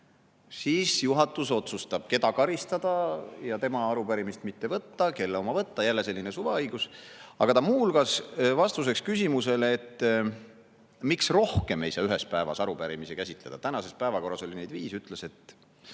juhatus otsustab, keda karistada ja tema arupärimist mitte võtta, kelle oma võtta. Jälle selline suvaõigus. Ja ta muu hulgas vastuseks küsimusele, miks ei saa ühes päevas rohkem arupärimisi käsitleda – tänases päevakorras oli neid viis –, ütles, et